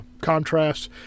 contrasts